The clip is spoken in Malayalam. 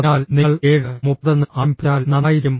അതിനാൽ നിങ്ങൾ 730 ന് ആരംഭിച്ചാൽ നന്നായിരിക്കും